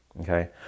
okay